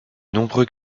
nombreux